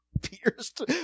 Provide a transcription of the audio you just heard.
pierced